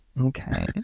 okay